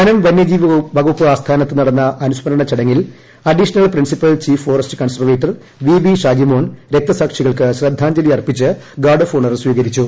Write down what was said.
വനം വന്യജീവി വകുപ്പ് ആസ്ഥാനത്ത് നടന്ന അനുസ്മരണ ചടങ്ങിൽ additional principal chief forest conservator V V Sharjimon രക്തസാക്ഷികൾക്ക് ശ്രദ്ധാഞ്ജലി അർപ്പിച്ച് ഗാർഡ് ഓഫ്ട്രിങ്ങണർ സ്വീകരിച്ചു